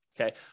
Okay